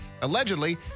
allegedly